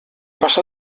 passa